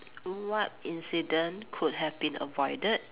what incident could have been avoided